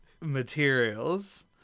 materials